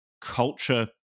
culture